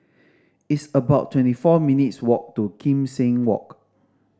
it's about twenty four minutes' walk to Kim Seng Walk